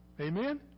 Amen